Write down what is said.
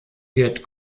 wird